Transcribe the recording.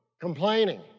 complaining